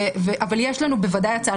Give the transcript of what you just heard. אבל יש לנו בוודאי הצעה.